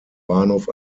bahnhof